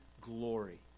glory